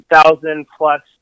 thousand-plus